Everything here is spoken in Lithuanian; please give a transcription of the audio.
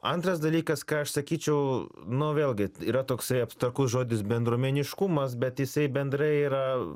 antras dalykas ką aš sakyčiau nu vėlgi yra toksai apstrakus žodis bendruomeniškumas bet jisai bendrai yra